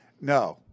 No